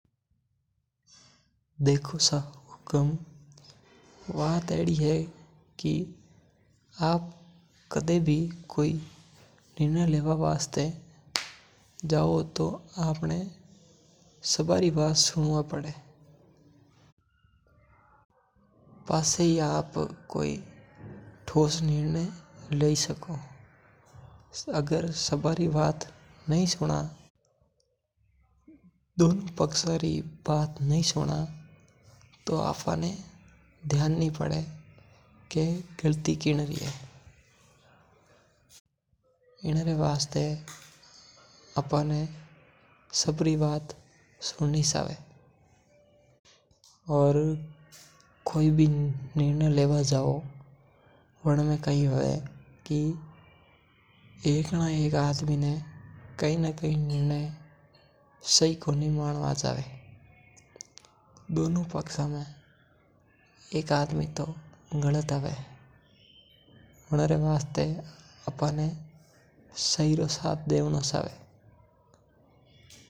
देखो सा हुक्म बात एडी है कि आप कदे भी कोई निर्णय लेवा हरू जावो जणा, आपणे सारा री बात हुन्नी पड़े। और दोनो पक्ष बात हुन्नी जोईजे और सही फैसलो करनो जोईजे। पाछे ही आप कोई ठोस निर्णय लेई सको बात सुन ने और सोच समझ ने निर्णय लेवणो जोईजे। दोना में एक ना एक गलती होवे और आपणे हमेशा सही रो साथ देवणो जोईजे।